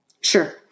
sure